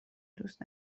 دوست